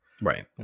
Right